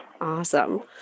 Awesome